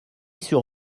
sur